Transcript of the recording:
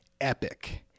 epic